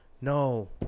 No